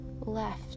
left